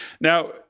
Now